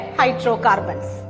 hydrocarbons